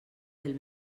del